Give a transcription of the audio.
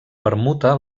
permuta